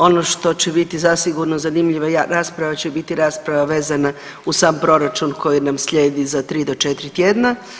Ono što će biti zasigurno zanimljiva rasprava će biti rasprava vezana uz sam proračun koji nam slijedi za tri do 4 tjedna.